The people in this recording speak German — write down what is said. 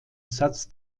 satz